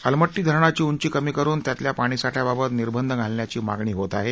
अलमट्टी धरणाची उंची कमी करून त्यातल्या पाणीसाठ्याबाबत निर्बंध घालण्याची मागणी होत आहे